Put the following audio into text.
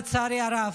לצערי הרב,